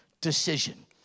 decision